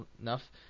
enough